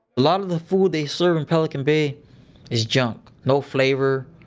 lot of the food they serve in pelican bay is junk. no flavor,